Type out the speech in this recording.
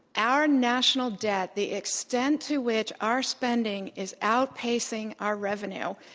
our national debt, the extent to which our spending is outpacing our revenue,